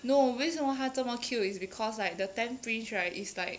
no 为什么他这么 cute is because like the tenth prince right is like